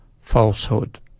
falsehood